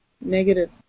negative